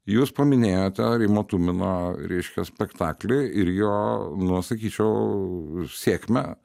jūs paminėjote rimo tumino reiškia spektaklį ir jo nu sakyčiau sėkmę